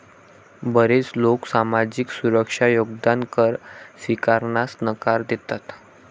बरेच लोक सामाजिक सुरक्षा योगदान कर स्वीकारण्यास नकार देतात